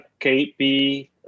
KP